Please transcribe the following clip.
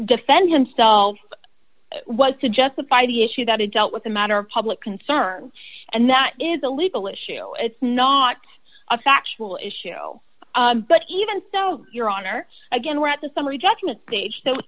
defend himself what to justify the issue that it dealt with a matter of public concern and that is a legal issue it's not a factual issue but even so your honor again we're at the summary judgment stage so